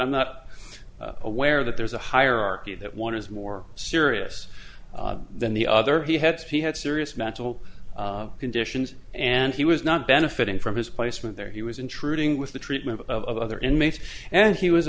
i'm not aware that there's a hierarchy that one is more serious than the other he had said he had serious mental conditions and he was not benefiting from his placement there he was intruding with the treatment of other inmates and he was